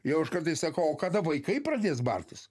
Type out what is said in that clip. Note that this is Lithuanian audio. jau aš kartais sakau o kada vaikai pradės bartis